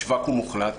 יש ואקום מוחלט.